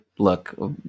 Look